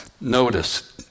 Notice